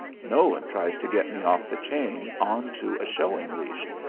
nolan tries to get me off the chain on to a showing-leash,